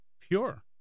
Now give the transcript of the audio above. pure